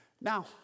Now